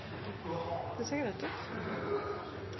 Det ser